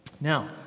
Now